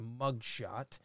mugshot